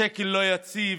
השקל לא יציב,